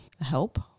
help